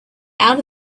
out